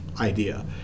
idea